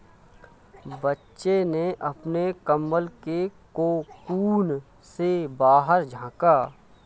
बच्चे ने अपने कंबल के कोकून से बाहर झाँका